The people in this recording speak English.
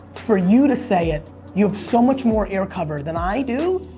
for you to say it you have so much more air cover than i do.